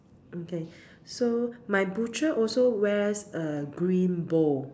okay so my butcher also wears a green bow